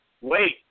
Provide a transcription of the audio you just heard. wait